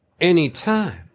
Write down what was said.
Anytime